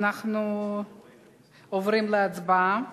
אנחנו עוברים להצבעה.